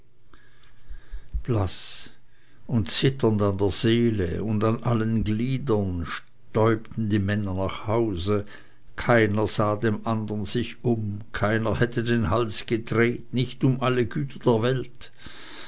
blaß und zitternd an der seele und an allen gliedern stäubten die männer nach hause keiner sah nach dem andern sich um keiner hätte den hals gedreht nicht um alle güter der welt